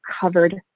covered